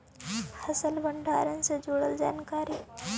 फसल भंडारन से जुड़ल जानकारी?